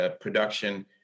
production